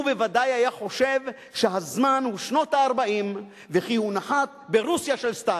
הוא בוודאי היה חושב שהזמן הוא שנות ה-40 וכי הוא נחת ברוסיה של סטלין.